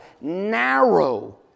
narrow